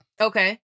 okay